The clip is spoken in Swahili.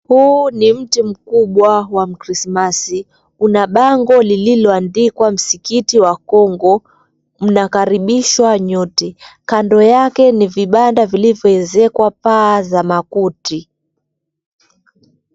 Huu ni mti mkubwa wa mkrimasi una bango lililoandikwa msikiti wa Kongo mnakaribishwa nyote kando yake ni vibanda vilivyoezekwa paa za makuti.